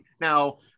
now